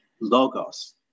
Logos